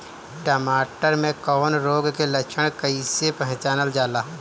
टमाटर मे कवक रोग के लक्षण कइसे पहचानल जाला?